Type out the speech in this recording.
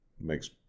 makes